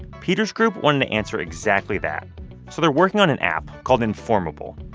peter's group wanted to answer exactly that, so they're working on an app called informable.